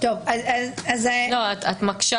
את מקשה